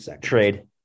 Trade